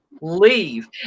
leave